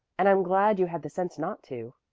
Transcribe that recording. and i'm glad you had the sense not to.